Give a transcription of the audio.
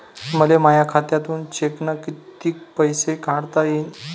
मले माया खात्यातून चेकनं कितीक पैसे काढता येईन?